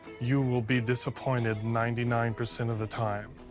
you will be disappointed ninety nine percent of the time,